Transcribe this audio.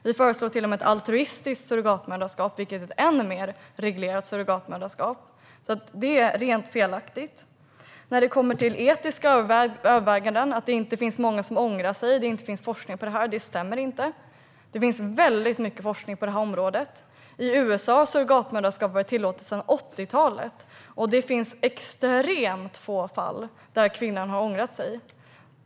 Vi föreslår till och med ett altruistiskt surrogatmoderskap, vilket är ett än mer reglerat surrogatmoderskap. Att det skulle vara många som ångrar sig och att det inte finns forskning om detta stämmer inte. Det finns mycket forskning på detta område. I USA har surrogatmoderskap varit tillåtet sedan 80-talet, och det finns extremt få fall där kvinnan har ångrat sig.